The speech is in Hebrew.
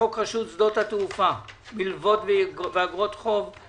לחוק ההתייעלות הכלכלית (תיקוני חקיקה